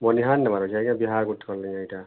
ମନିହାର ନବାର ଅଛି ଆଜ୍ଞା ବିହାର